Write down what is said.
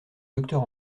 docteur